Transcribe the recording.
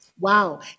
Wow